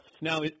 Now